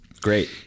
Great